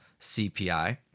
CPI